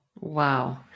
Wow